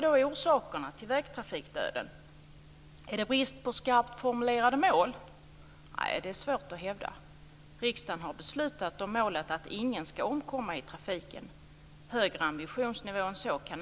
Den satsning som regeringen nu gör för fysiska insatser om 6,5 miljarder är alldeles för liten, och den räcker inte ens till våra mest olycksdrabbade vägar.